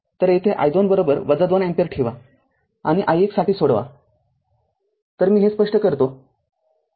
तरयेथे i२ २ अँपिअर ठेवा आणि i१ साठी सोडवातर मी हे स्पष्ट करतो